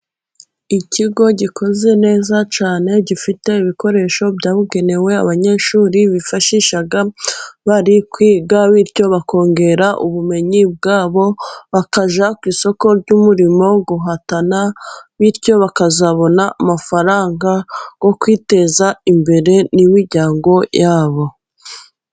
Ikigo gikoze neza cyane gifite ibikoresho byabugenewe abanyeshuri bifashisha bari kwiga, bityo bakongera ubumenyi bwabo bakajya ku isoko ry'umurimo guhatana, bityo bakazabona amafaranga yo kwiteza imbere n'imiryango yabo.